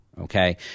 okay